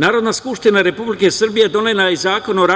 Narodna skupština Republike Srbije donela je Zakon o